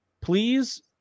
please